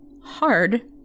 hard